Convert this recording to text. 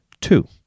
Two